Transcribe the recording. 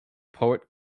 poet